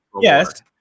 yes